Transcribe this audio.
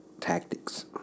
tactics